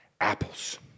apples